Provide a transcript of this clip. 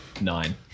Nine